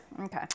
Okay